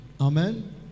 Amen